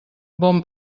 bon